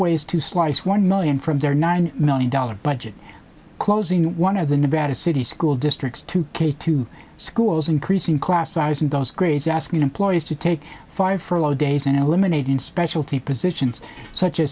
ways to slice one million from their nine million dollars budget closing one of the nevada city school districts two k two schools increasing class size in those grades asking employees to take five furlough days and eliminate in specialty positions such a